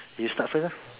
you start first lah